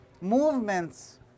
movements